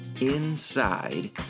inside